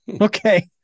okay